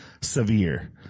severe